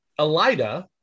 Elida